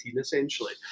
essentially